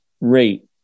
rate